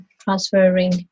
transferring